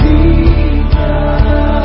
Jesus